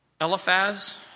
Eliphaz